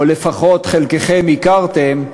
או לפחות חלקכם הכרתם,